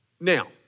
Now